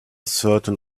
certain